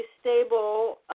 stable